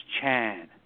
Chan